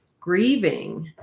grieving